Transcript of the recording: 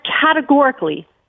categorically